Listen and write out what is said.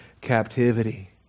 captivity